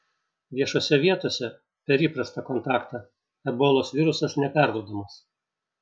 viešose vietose per įprastą kontaktą ebolos virusas neperduodamas